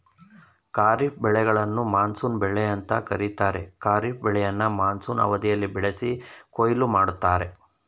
ಖಾರಿಫ್ ಬೆಳೆಗಳನ್ನು ಮಾನ್ಸೂನ್ ಬೆಳೆ ಅಂತ ಕರೀತಾರೆ ಖಾರಿಫ್ ಬೆಳೆಯನ್ನ ಮಾನ್ಸೂನ್ ಅವಧಿಯಲ್ಲಿ ಬೆಳೆಸಿ ಕೊಯ್ಲು ಮಾಡ್ತರೆ